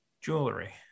jewelry